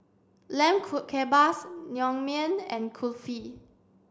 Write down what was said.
Lamb Kebabs Naengmyeon and Kulfi